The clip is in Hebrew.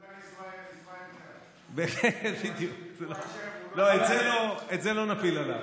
לא, את זה לא נפיל עליו.